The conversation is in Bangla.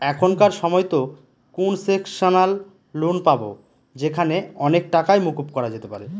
এখনকার সময়তো কোনসেশনাল লোন পাবো যেখানে অনেক টাকাই মকুব করা যেতে পারে